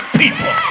people